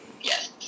Yes